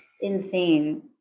insane